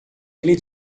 ele